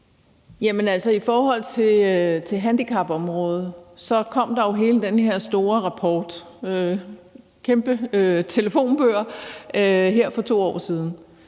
I forhold til handicapområdet kom der jo hele den her store rapport – kæmpe telefonbøger – for 2 år siden.